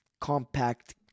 compact